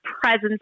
presence